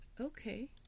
okay